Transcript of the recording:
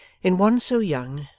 in one so young,